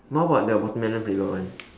what about the watermelon flavored one